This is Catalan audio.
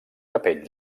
capell